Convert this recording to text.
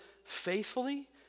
faithfully